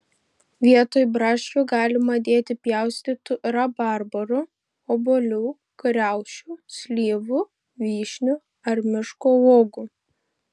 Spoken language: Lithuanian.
vietoj braškių galima dėti pjaustytų rabarbarų obuolių kriaušių slyvų vyšnių ar miško uogų